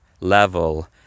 level